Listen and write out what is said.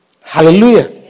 Hallelujah